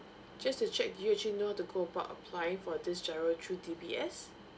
just to check do you actually know how to go about applying for this GIRO through D_B_S